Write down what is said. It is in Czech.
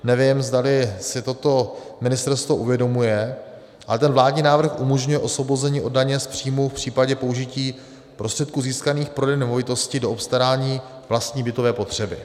Nevím, zdali si toto ministerstvo uvědomuje, ale ten vládní návrh umožňuje osvobození od daně z příjmu v případě použití prostředků získaných prodejem nemovitosti do obstarání vlastní bytové potřeby.